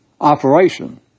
operation